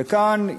וכאן,